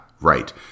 right